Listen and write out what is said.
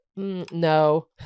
No